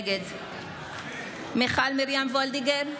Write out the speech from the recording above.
נגד מיכל מרים וולדיגר,